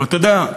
אבל אתה יודע,